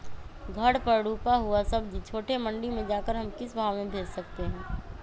घर पर रूपा हुआ सब्जी छोटे मंडी में जाकर हम किस भाव में भेज सकते हैं?